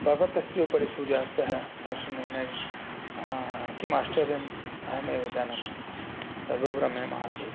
पर्वतस्य उपरि सूर्यास्तः दर्शनेन किम् आश्चर्यम् अहमेव जानामि तद् बहुरम्यम् आसीत्